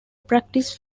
practice